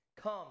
Come